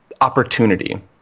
opportunity